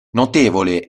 notevole